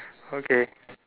okay